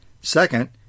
Second